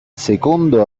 secondo